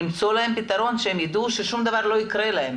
למצוא להם פתרון שהם ידעו ששום דבר לא יקרה להם,